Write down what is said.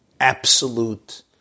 absolute